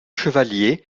chevaliers